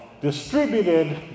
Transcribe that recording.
distributed